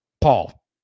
Paul